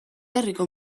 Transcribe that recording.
herriko